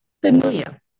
familiar